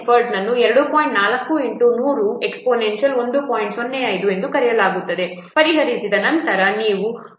05 ಎಂದು ಕರೆಯಲಾಗುತ್ತದೆ ಪರಿಹರಿಸಿದ ನಂತರ ನೀವು 302